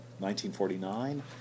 1949